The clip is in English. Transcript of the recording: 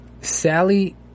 Sally